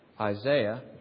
Isaiah